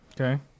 Okay